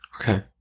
Okay